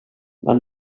men